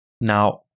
Now